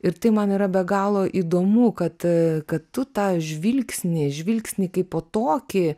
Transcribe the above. ir tai man yra be galo įdomu kad kad tu tą žvilgsnį žvilgsnį kaipo tokį